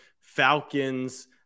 Falcons